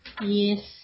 Yes